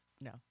no